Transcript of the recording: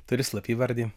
turiu slapyvardį